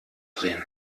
drehen